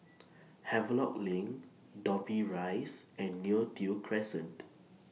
Havelock LINK Dobbie Rise and Neo Tiew Crescent